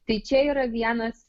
tai čia yra vienas